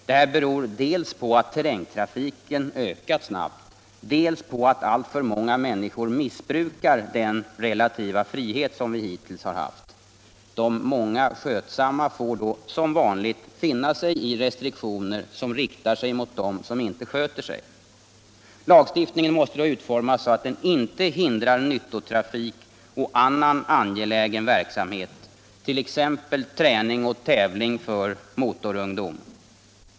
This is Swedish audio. Detta beror dels på att terrängtrafiken ökat snabbt, dels på att alltför många människor missbrukar den relativa frihet som vi hittills har haft. De många skötsamma får då som vanligt finna sig i restriktioner som riktar sig mot dem som inte sköter sig. Lagstiftningen måste då utformas så att den inte hindrar nyttotrafik och annan angelägen verksamhet, t.ex. träning och tävling för motorungdom.